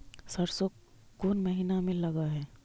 सरसों कोन महिना में लग है?